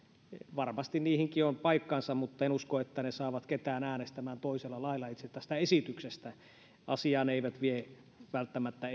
varmasti niihinkin on paikkansa mutta en usko että ne saavat ketään äänestämään toisella lailla itse tästä esityksestä asiaa ne eivät vie välttämättä